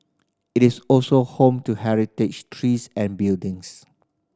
it is also home to heritage trees and buildings